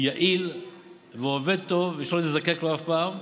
הוא יעיל והוא עובד טוב ושלא נזדקק לו אף פעם,